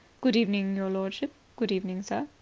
good evening, your lordship. good evening, sir.